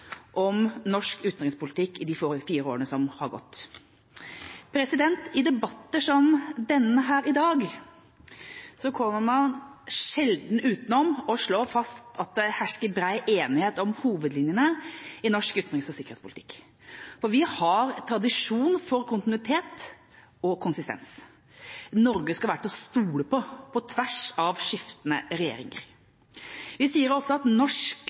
om norsk utenrikspolitikk i de fire årene som har gått. I debatter som denne i dag kommer man sjelden utenom å slå fast at det hersker bred enighet om hovedlinjene i norsk utenriks- og sikkerhetspolitikk. Vi har tradisjon for kontinuitet og konsistens. Norge skal være til å stole på, på tvers av skiftende regjeringer. Vi sier ofte at norsk